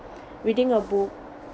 reading a book